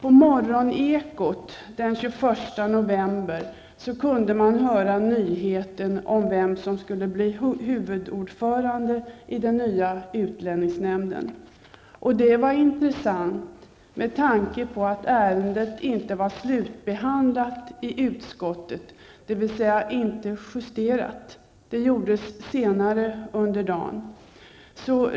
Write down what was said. I Morgonekot den 21 november kunde man höra nyheten om vem som skulle bli huvudordförande i den nya utlänningsnämnden. Det var intressant, med tanke på att ärendet inte var slutbehandlat i utskottet -- dvs. betänkandet var inte justerat. Detta gjordes senare under dagen.